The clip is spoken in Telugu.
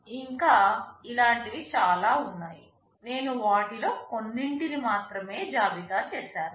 ఇంకా ఇలాంటివి చాలా ఉన్నాయి నేను వాటిలో కొన్నింటిని మాత్రమే జాబితా చేసాను